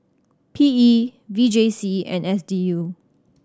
P E V J C and S D U